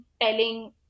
telling